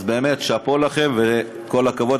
אז באמת, שאפו לכם, וכל הכבוד.